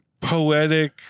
poetic